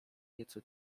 nieco